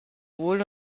wohl